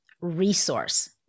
resource